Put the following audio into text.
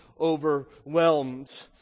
overwhelmed